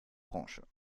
branche